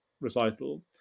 recital